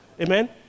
Amen